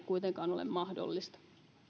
kuitenkaan ole mahdollista